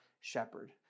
shepherd